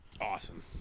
Awesome